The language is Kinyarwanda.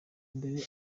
mbere